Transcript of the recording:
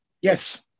Yes